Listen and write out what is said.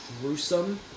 gruesome